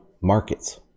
markets